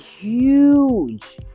huge